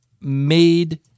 made